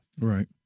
Right